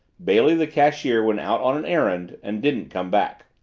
bailey, the cashier, went out on an errand and didn't come back.